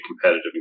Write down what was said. competitive